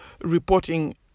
reporting